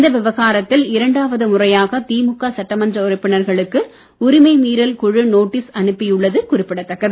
இந்த விவகாரத்தில் இரண்டாவது முறையாக திமுக சட்டமன்ற உறுப்பினர்களுக்கு உரிமை மீறல் குழு நோட்டீஸ் அனுப்பியுள்ளது குறிப்பிடத்தக்கது